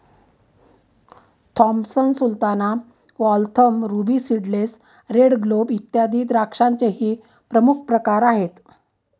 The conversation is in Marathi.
Thompson sultana, Waltham, ruby seedless, red globe, इत्यादी द्राक्षांचेही प्रमुख प्रकार आहेत